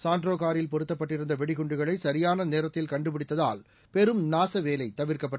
சான்ட்ரோகாரில் பொருத்தப்பட்டிருந்தவெடிகுண்டுகளைசியானநேரத்தில் கண்டுபிடித்ததால் பெரும் நாசவேலைதவிர்க்கப்பட்டது